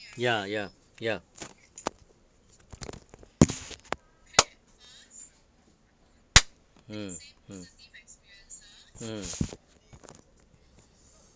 ya ya ya mm mm mm